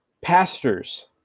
Pastors